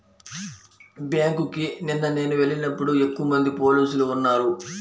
బ్యేంకుకి నిన్న నేను వెళ్ళినప్పుడు ఎక్కువమంది పోలీసులు ఉన్నారు